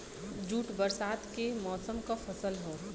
jute बरसात के मौसम क फसल हौ